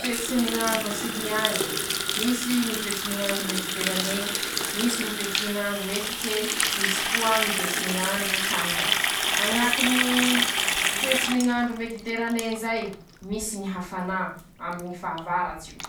Toetsy ny ñ'andro a Sily añy: Misy Ñy toetsy ny ñ'andro mediterané, misy Ñy toetsy ny ñ'andro efitse, misy koa Ñy toetsy ny ñ'andro tandira, añatiny ñyy toetsy ny ñ'andro mediterané zay, misy ñy hafanà aminy ñy fahavaratsy io,